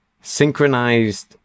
synchronized